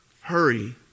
Hurry